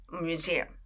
museum